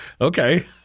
Okay